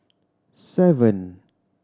seven